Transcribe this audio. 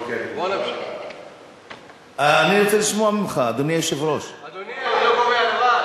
אוקיי, אדוני, תודה רבה.